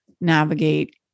navigate